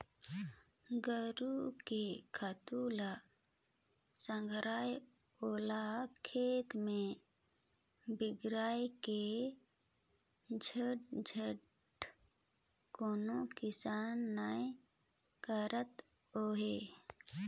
घुरूवा के खातू ल संघराय ओला खेत में बगराय के झंझट कोनो किसान नइ करत अंहे